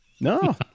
No